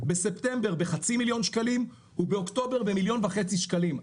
בספטמבר בחצי מיליון שקלים ובאוקטובר במיליון וחצי שקלים,